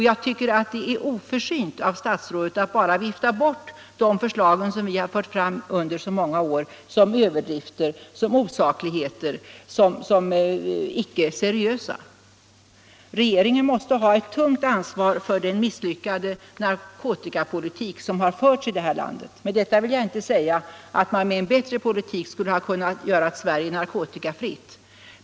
Jag tycker att det är oförsynt av statsrådet att bara vifta bort de förslag som vi fört fram under så många år som överdrifter och osakligheter, som icke seriösa. Regeringen har ett tungt ansvar för den misslyckade narkotikapolitik som har förts i det här landet. Med detta vill jag inte säga att vi med en bättre politik skulle ha kunnat göra Sverige narkotikafritt.